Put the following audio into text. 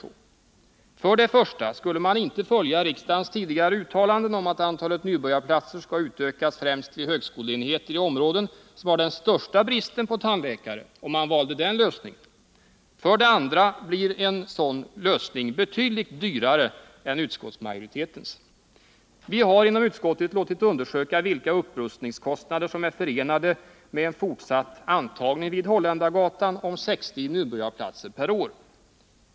Om man valde den skulle man för det första inte följa riksdagens tidigare uttalanden om att antalet nybörjarplatser skall utökas främst vid högskolenheter i områden som har den största bristen på tandläkare. För det andra blir en sådan lösning betydligt dyrare än den som föreslås av utskottsmajoriteten. Vi har inom utskottet låtit undersöka vilka upprustningskostnader som är förenade med en fortsatt antagning vid Holländargatan om 60 nybörjarplatser per år.